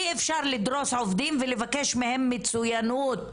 אי אפשר לדרוס עובדים ולבקש מהם מצוינות.